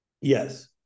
Yes